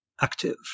active